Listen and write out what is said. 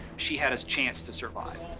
she had a chance to survive.